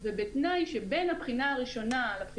ובתנאי שבין הבחינה הראשונה לבין